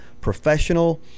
professional